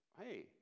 hey